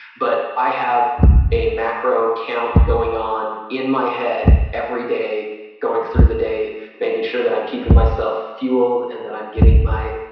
but i have a macro count going on in my head everyday going through the day making sure that i'm keeping myself fueled and that i'm getting my,